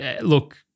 Look